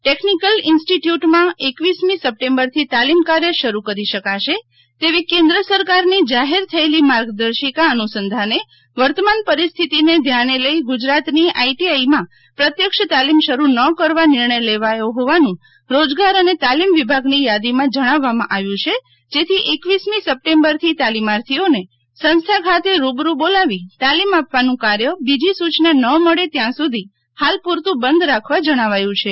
technical ઈન્સ્ટીટ્યૂટમાં એક્વીસમી સપ્ટેમ્બરથી તાલીમ કાર્ય શરૂ કરી શકાશે તેવી કેન્દ્ર સરકારની જાહેર થયેલી માર્ગદર્શિકા અનુસંધાને વર્તમાન પરિસ્થિતિને ધ્યાને લઈ ગુજરાતની આઈટીઆઈમાં પ્રત્યક્ષ તાલીમ શરૂ ન કરવા નિર્ણય લેવાયો હોવાનું રોજગાર અને તાલીમ વિભાગની યાદીમાં જણાવવામાં આવ્યું છે જેથી એકવીસમી સપ્ટેમ્બરથી તાલીમાર્થીઓને સંસ્થા ખાતે રૂબરૂ બોલાવી તાલીમ આપવાનું કાર્ય બીજી સૂચના ન મળે ત્યાં સુધી હાલ પુરતું બંધ રાખવા જણાવાયું છે